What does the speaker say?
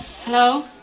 hello